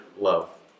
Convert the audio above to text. love